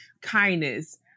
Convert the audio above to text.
kindness